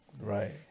Right